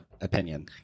opinion